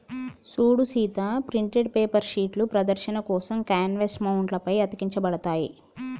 సూడు Sita printed paper షీట్లు ప్రదర్శన కోసం కాన్వాస్ మౌంట్ల పై అతికించబడతాయి